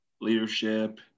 leadership